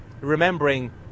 remembering